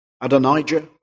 Adonijah